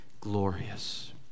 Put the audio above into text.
Glorious